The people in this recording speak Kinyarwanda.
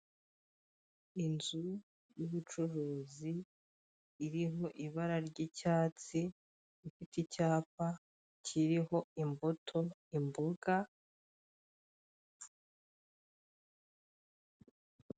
Inzu y'ubucuruzi iriho ibara ry'icyatsi rifite icyapa kiriho imbuto imbuga.